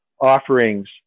offerings